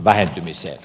puhemies